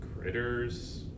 Critters